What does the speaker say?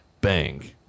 Bang